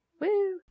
woo